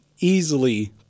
easily